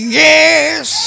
yes